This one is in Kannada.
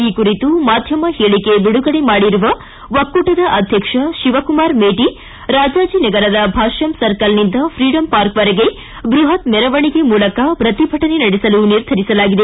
ಈ ಕುರಿತು ಮಾಧ್ಯಮ ಹೇಳಿಕೆ ಬಿಡುಗಡೆ ಮಾಡಿರುವ ಒಕ್ಕೂಟದ ಅಧ್ಯಕ್ಷ ಶಿವಕುಮಾರ್ ಮೇಟಿ ರಾಜಾಜಿನಗರದ ಭಾಷ್ಯಂ ಸರ್ಕಲ್ನಿಂದ ಫ್ರೀಡಂ ಪಾರ್ಕ್ವರೆಗೆ ಬ್ಲಹತ್ ಮೆರವಣಿಗೆ ಮೂಲಕ ಪ್ರತಿಭಟನೆ ನಡೆಸಲು ನಿರ್ಧರಿಸಲಾಗಿದೆ